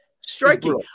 Striking